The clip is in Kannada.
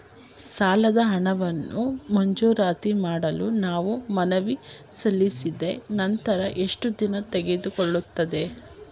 ಸಾಲದ ಹಣವನ್ನು ಮಂಜೂರಾತಿ ಮಾಡಲು ನಾವು ಮನವಿ ಸಲ್ಲಿಸಿದ ನಂತರ ಎಷ್ಟು ದಿನ ತೆಗೆದುಕೊಳ್ಳುತ್ತದೆ?